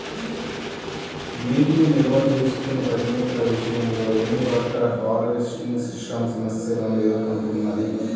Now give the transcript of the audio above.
నీటిని నిల్వ చేసుకునే పరిమితుల విషయంలో రెయిన్వాటర్ హార్వెస్టింగ్ సిస్టమ్ సమస్యలను ఎదుర్కొంటున్నది